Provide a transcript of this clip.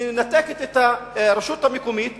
מנתקת את הרשות המקומית,